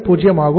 50 ஆகும்